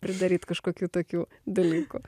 pridaryt kažkokių tokių dalykų